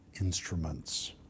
instruments